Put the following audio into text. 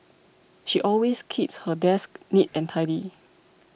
she always keeps her desk neat and tidy